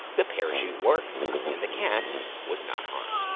the parachute worked and the cat was not harmed.